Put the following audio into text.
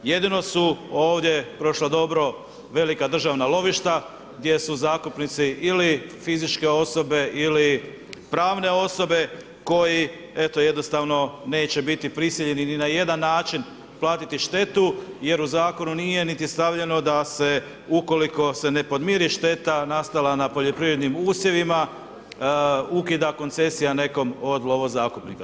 Jedino su ovdje prošla dobro velika državna lovišta gdje su zakupnici ili fizičke osobe ili pravne osobe koji, eto jednostavno neće biti prisiljeni ni na jedan način platiti štetu, jer u Zakonu nije niti stavljeno da se ukoliko se ne podmiri šteta nastala na poljoprivrednim usjevima, ukida koncesija nekom od lovozakupnika.